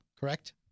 correct